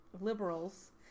liberals